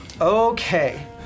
Okay